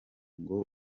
ngo